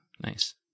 Nice